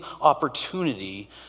opportunity